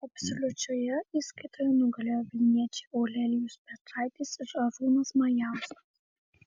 absoliučioje įskaitoje nugalėjo vilniečiai aurelijus petraitis ir arūnas majauskas